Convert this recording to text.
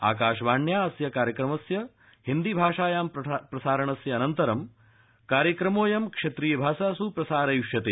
आकाशवाण्या अस्य कार्यक्रमस्य हिन्दीभाषायाम् प्रसारणस्य अनन्तरम् कार्यक्रमोऽयं क्षेत्रीय भाषासु प्रसारविष्यते